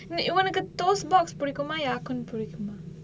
ஒனக்கு:onakku toast box புடிக்குமா:pudikkumaa ya kun புடிக்குமா:pudikkumaa